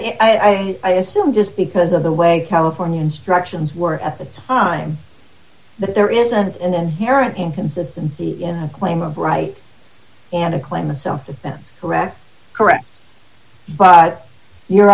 that i assume just because of the way california instructions were at the time that there isn't an inherent inconsistency in a claim of right and a claim of self defense correct correct but your